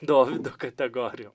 dovydo kategorijom